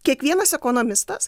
kiekvienas ekonomistas